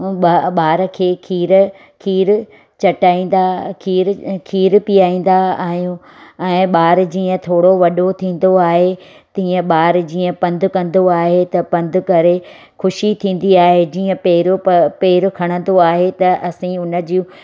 ब ॿार खे खीरु खीरु चटाईंदा खीरु खीरु पियारींदा आहियूं ऐं ॿार जीअं थोरो वॾो थींदो आहे तीअं ॿार जीअं पंधु कंदो आहे त पंधु करे ख़ुशी थींदी आहे जीअं पेर पेर खणंदो आहे त असीं हुनजी